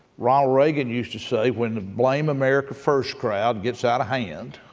ronald reagan used to say, when the blame america first crowd gets out of hand,